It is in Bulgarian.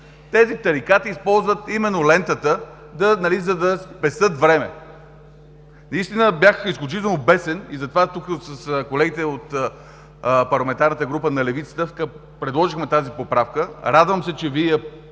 тези тарикати използват именно лентата, за да пестят време. Бях изключително бесен, затова тук, с колегите от парламентарната група на левицата, предложихме тази поправка. Радвам се, че Вие